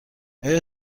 آیا